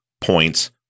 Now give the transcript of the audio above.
points